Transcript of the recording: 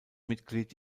mitglied